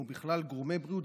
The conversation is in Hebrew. או בכלל גורמי בריאות,